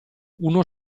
uno